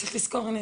צריך לזכור,